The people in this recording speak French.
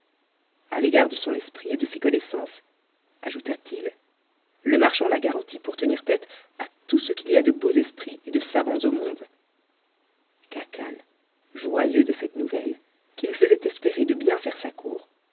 a l'égard de son esprit et de ses connaissances ajouta-t-il le marchand la garantit pour tenir tête à tout ce qu'il y a de beaux esprits et de savants au monde khacan joyeux de cette nouvelle qui lui faisait espérer de bien faire sa cour